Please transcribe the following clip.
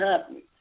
happening